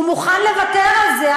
הוא מוכן לוותר על זה,